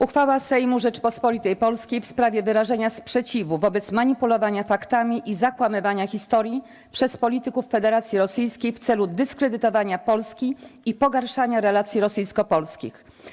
Uchwała Sejmu Rzeczypospolitej Polskiej w sprawie wyrażenia sprzeciwu wobec manipulowania faktami i zakłamywania historii przez polityków Federacji Rosyjskiej w celu dyskredytowania Polski i pogarszania relacji rosyjsko-polskich.